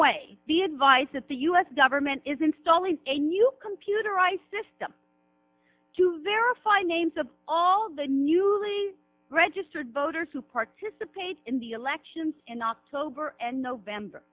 way the advice that the us government is installing a new computer ai system to verify names of all of the newly registered voters who participate in the elections in october and november